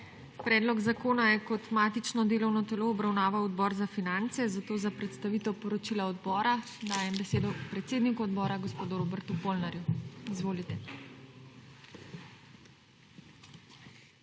Predlog zakona je kot matično delovno telo obravnaval Odbor za finance, zato za predstavitev poročila odbora dajem besedo predsedniku odbora, gospodu Robertu Polnarju. Izvolite.